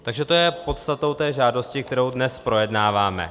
Takže to je podstatou té žádosti, kterou dnes projednáváme.